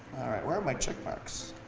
all right. where are my check marks?